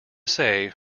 say